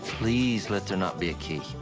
please, let there not be a key.